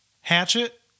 Hatchet